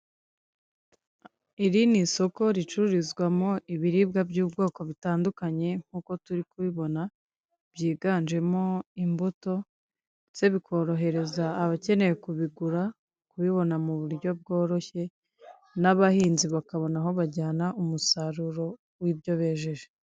Iri ni isoko ricururizwamo ibiribwa by'ubwoko butandukanye nk'uko turi kubibona, byiganjemo imbuto, ndetse bikorohereza abakeneye kubigura kubibona mu buryo bworoshye, n'abahinzi bakabona aho bajyana umusaruro w'ibyo bejeje.